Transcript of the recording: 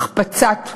"החפצת הנשים".